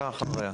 אתה אחריה.